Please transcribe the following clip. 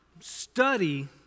study